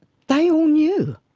they all knew.